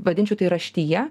vadinčiau tai raštija